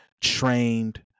trained